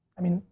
i mean,